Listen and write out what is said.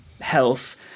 health